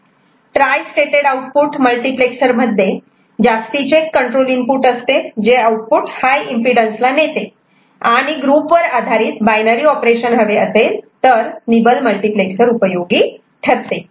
try stated output मल्टिप्लेक्सरमध्ये जास्तीचे control input असते जे आउटपुट हाय एम्पिडन्स ला नेते आणि ग्रुप वर आधारित बायनरी ऑपरेशन हवे असेल तर निबल मल्टिप्लेक्सर उपयोगी ठरते